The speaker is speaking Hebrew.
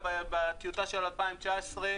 בטיוטה של 2019,